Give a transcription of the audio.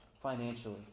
financially